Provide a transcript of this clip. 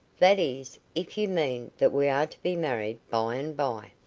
that is, if you mean that we are to be married by-and-by.